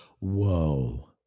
Whoa